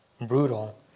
brutal